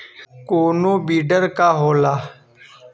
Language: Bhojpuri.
कोनो बिडर का होला?